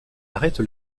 arrête